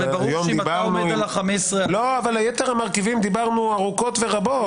אבל יתר המרכיבים דיברנו ארוכות ורבות.